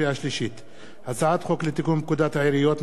הצעת חוק לתיקון פקודת העיריות (מס' 131),